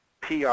PR